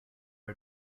are